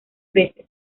veces